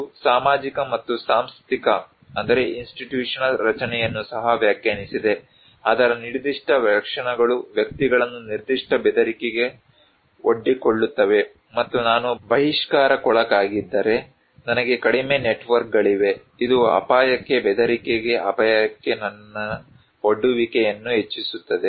ಇದು ಸಾಮಾಜಿಕ ಮತ್ತು ಸಾಂಸ್ಥಿಕ ರಚನೆಯನ್ನು ಸಹ ವ್ಯಾಖ್ಯಾನಿಸಿದೆ ಅದರ ನಿರ್ದಿಷ್ಟ ಲಕ್ಷಣಗಳು ವ್ಯಕ್ತಿಗಳನ್ನು ನಿರ್ದಿಷ್ಟ ಬೆದರಿಕೆಗೆ ಒಡ್ಡಿಕೊಳ್ಳುತ್ತವೆ ಮತ್ತು ನಾನು ಬಹಿಷ್ಕಾರಕ್ಕೊಳಗಾಗಿದ್ದರೆ ನನಗೆ ಕಡಿಮೆ ನೆಟ್ವರ್ಕ್ಗಳಿವೆ ಇದು ಅಪಾಯಕ್ಕೆ ಬೆದರಿಕೆಗೆ ಅಪಾಯಕ್ಕೆ ನನ್ನ ಒಡುವಿಕೆ ಅನ್ನು ಹೆಚ್ಚಿಸುತ್ತದೆ